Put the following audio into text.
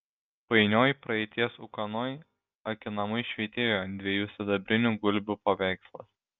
painioj praeities ūkanoj akinamai švytėjo dviejų sidabrinių gulbių paveikslas